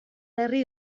herri